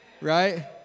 Right